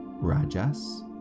Rajas